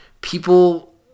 people